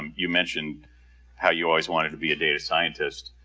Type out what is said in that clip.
um you mentioned how you always wanted to be a data scientist.